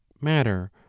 matter